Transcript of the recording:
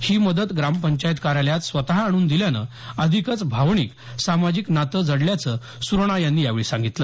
ही मदत ग्रामपंचायत कार्यालयात स्वत आणून दिल्यानं अधिकच भावनिक सामाजिक नाते जडल्याचं सुराणा यांनी यावेळी सांगितलं